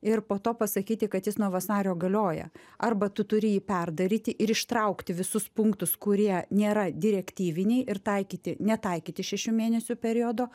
ir po to pasakyti kad jis nuo vasario galioja arba tu turi jį perdaryti ir ištraukti visus punktus kurie nėra direktyviniai ir taikyti netaikyti šešių mėnesių periodo